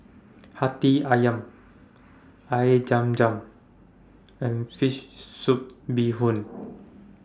Hati Ayam Air Zam Zam and Fish Soup Bee Hoon